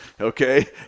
okay